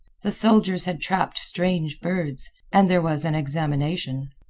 the soldiers had trapped strange birds, and there was an examination.